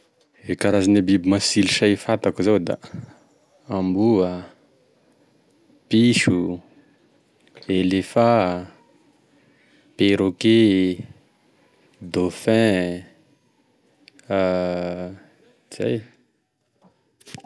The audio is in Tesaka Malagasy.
E karazan'e biby masilo say fantako zao da amboa, piso, elefant, perroquet, dauphin, zay.